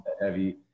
heavy